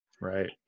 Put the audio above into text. Right